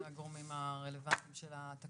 אלה הגורמים הרלוונטיים של התקנות.